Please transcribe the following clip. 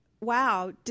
wow